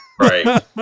right